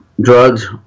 drugs